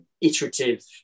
iterative